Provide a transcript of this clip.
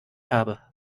habe